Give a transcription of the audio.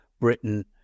Britain